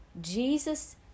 Jesus